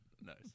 Nice